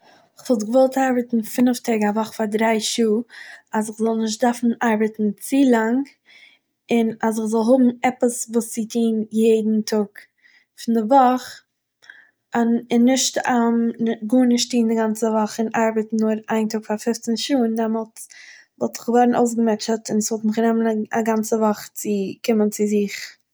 כ'וואלט געוואלט ארבעטן פינף טעג א וואך פאר דריי שעה אז איך זאל נישט דארפן ארבעטן צו לאנג, און אז איך זאל האבן עפעס וואס צו טוהן יעדן טאג פון דער וואך און נישט גארנישט טוהן די גאנצע וואך און ארבעטן נאר איין טאג פאר פופצן שעה און דעמאלטס וואלט איך געווארן אויסגעמוטשעט און ס'וואלט מיך גענומען א גאנצע וואך צו קומען צו זיך